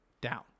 down